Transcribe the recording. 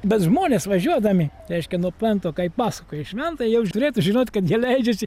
bet žmonės važiuodami reiškia nuo plento kaip pasuka į šventąją jau turėtų žinot kad ji leidžiasi